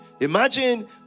Imagine